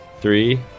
Three